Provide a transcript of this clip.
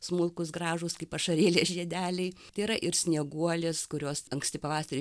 smulkūs gražūs kaip ašarėlė žiedeliai tai yra ir snieguolės kurios anksti pavasarį